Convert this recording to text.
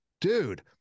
dude